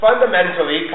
Fundamentally